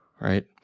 right